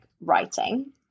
writing